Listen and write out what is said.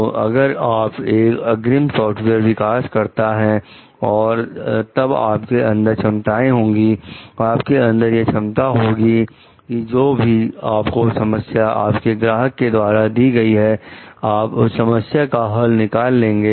तो अगर आप एक अग्रिम सॉफ्टवेयर विकास करता है तब आपके अंदर क्षमताएं होंगी आपके अंदर यह क्षमता होगी कि जो भी आपको समस्या आपके ग्राहक के द्वारा दी गई है आप उस समस्या का हल निकाल सकें